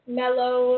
mellow